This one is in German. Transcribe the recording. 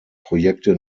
projekte